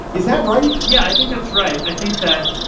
is that right? yeah, i think that's right. i think that,